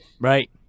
Right